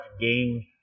game